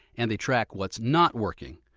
and they track what's not working.